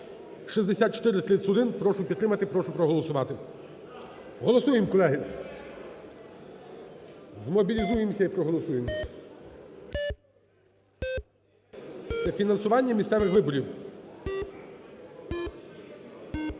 6431, прошу підтримати, прошу проголосувати. Голосуємо, колеги. Змобілізуємося і проголосуємо. Це фінансування місцевих виборів.